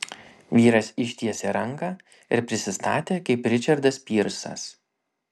vyras ištiesė ranką ir prisistatė kaip ričardas pyrsas